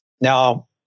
Now